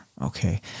okay